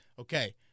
okay